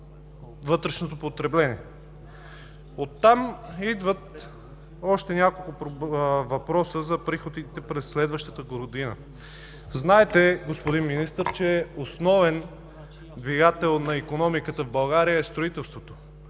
вътрешното потребление? Оттам идват още няколко въпроса за приходите през следващата година. Знаете, господин Министър, че основен двигател на икономиката в България е строителството.